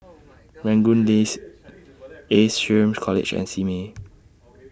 Rangoon Lane Ace Shrm College and Simei